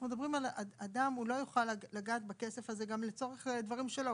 אנחנו מדברים על אדם שהוא לא יוכל לגעת בכסף הזה גם לצורך דברים שלו.